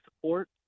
support